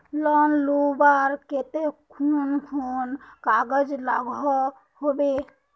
Loan लुबार केते कुन कुन कागज लागोहो होबे?